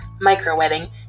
micro-wedding